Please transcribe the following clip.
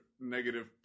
negative